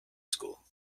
school